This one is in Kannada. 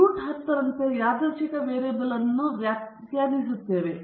ಇದೀಗ ನಾವು X ಬಾರ್ ಮೈನಸ್ ಮೌ ಎಂದು ರೂಟ್ 10 ರಂತೆ ಯಾದೃಚ್ಛಿಕ ವೇರಿಯೇಬಲ್ ಅನ್ನು ವ್ಯಾಖ್ಯಾನಿಸುತ್ತೇವೆ